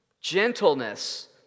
gentleness